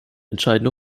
entscheidende